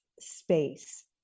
space